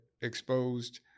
exposed